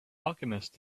alchemist